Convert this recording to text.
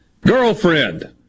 Girlfriend